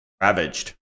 ravaged